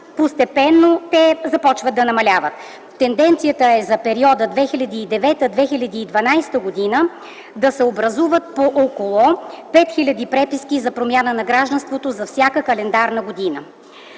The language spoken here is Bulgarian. постепенно започват да намаляват. Тенденцията е за периода 2009 2012 г. да се образуват по около 5 хиляди преписки за промяна на гражданството за всяка календарна година.